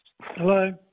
Hello